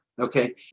Okay